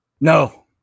No